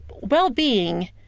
well-being